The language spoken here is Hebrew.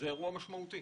זה אירוע משמעותי.